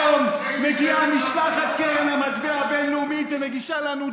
רק היום מגיעה משלחת קרן המטבע הבין-לאומית ומגישה לנו דוח,